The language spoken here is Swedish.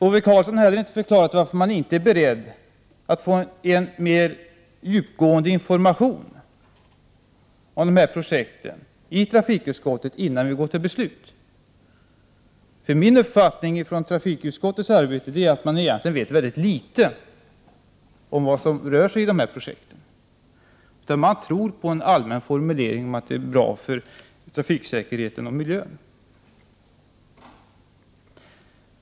Ove Karlsson har inte heller förklarat varför man inte är beredd att till trafikutskottet införskaffa en mer djupgående information om dessa projekt innan vi går till beslut. Min uppfattning av trafikutskottets arbete är att man egentligen vet mycket litet om vad projekten rör sig om. Man tror på en allmän formulering om att detta är bra för trafiksäkerheten och miljön.